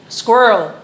squirrel